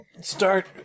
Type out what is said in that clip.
start